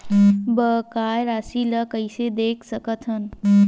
बकाया राशि ला कइसे देख सकत हान?